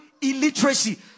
illiteracy